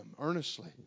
earnestly